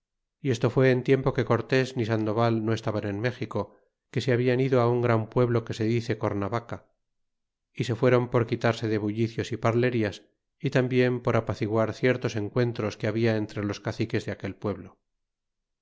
y esto fué en tiempo que cortés ni sandoval no estaban en méxico que se hablan ido un gran pueblo que se dice cornabaca y se fueron por quitarse de bullicios y parlerias y tambien por apaciguar ciertos encuentros que habia entre los ca ciques de aquel pueblo